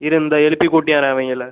இரு இந்தா எழுப்பி கூட்டிவர்றேன் அவங்கள